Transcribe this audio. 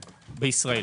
בישראל.